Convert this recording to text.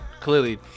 clearly